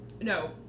no